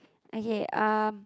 okay um